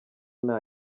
nta